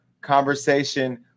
conversation